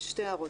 שתי הערות.